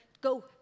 go